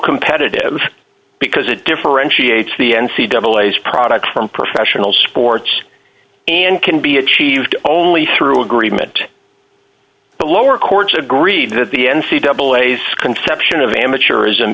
competitive because it differentiates the n c double a's product from professional sports and can be achieved only through agreement the lower courts agreed that the n c double a's conception of amateurism